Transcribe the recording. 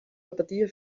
repetia